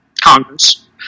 Congress